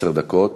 עשר דקות.